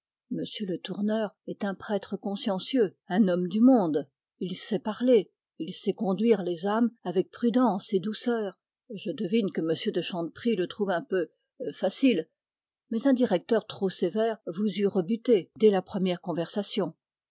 le tourneur est un prêtre consciencieux un homme du monde il sait conduire les âmes avec prudence et douceur je devine que m de chanteprie le trouve un peu facile mais un directeur trop sévère vous eût rebutée dès la première conversation